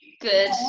Good